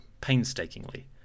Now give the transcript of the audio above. painstakingly